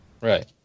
Right